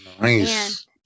Nice